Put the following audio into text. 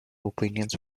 opinions